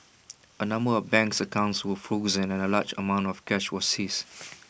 A number of banks accounts were frozen and A large amount of cash was seized